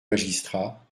magistrat